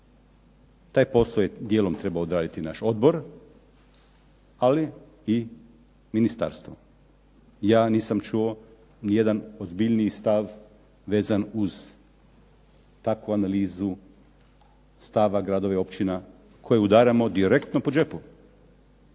Taj posao je dijelom trebao odraditi naš odbor, ali i ministarstvo. Ja nisam čuo ni jedan ozbiljniji stav vezan uz takvu analizu stava gradova i općina kojim udaramo direktno po džepu.